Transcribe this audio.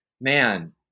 man